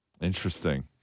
Interesting